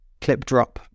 ClipDrop